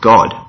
God